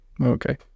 Okay